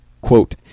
Quote